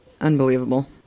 Unbelievable